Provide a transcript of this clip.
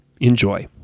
Enjoy